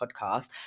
podcast